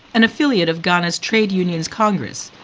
an affiliate of ghana's trade unions congress,